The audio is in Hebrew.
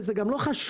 וזה גם לא חשוב.